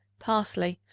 parsley,